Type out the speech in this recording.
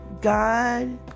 God